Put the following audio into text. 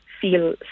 feel